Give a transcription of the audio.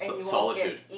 Solitude